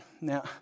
Now